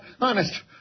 Honest